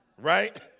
Right